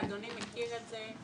ואדוני מכיר את זה.